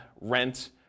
rent